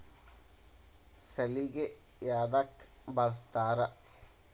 ಸಲಿಕೆ ಯದಕ್ ಬಳಸ್ತಾರ?